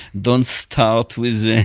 don't start with,